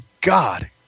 God